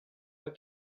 pas